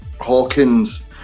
Hawkins